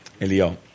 Elio